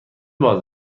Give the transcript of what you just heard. باز